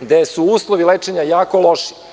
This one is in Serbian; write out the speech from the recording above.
gde su uslovi lečenja jako loši.